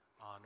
on